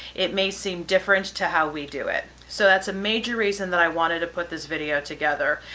it may seem different to how we do it. so that's a major reason that i wanted to put this video together.